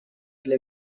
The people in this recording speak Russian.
для